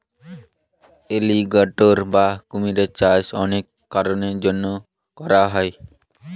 alligator বা কুমিরের চাষ অনেক কারনের জন্য করা হয়